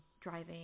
driving